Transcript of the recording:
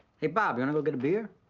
hey bob, you wanna go get a beer?